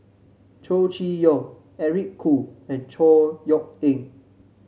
Chow Chee Yong Eric Khoo and Chor Yeok Eng